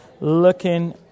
Looking